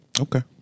Okay